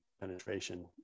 penetration